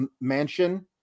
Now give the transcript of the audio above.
mansion